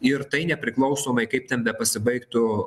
ir tai nepriklausomai kaip ten bepasibaigtų